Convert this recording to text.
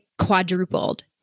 quadrupled